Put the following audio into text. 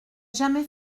jamais